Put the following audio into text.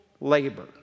labor